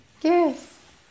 Yes